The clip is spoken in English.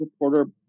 reporter